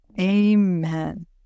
Amen